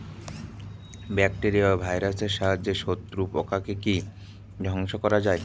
Bacteria ও ভাইরাসের সাহায্যে শত্রু পোকাকে কি ধ্বংস করা যায়?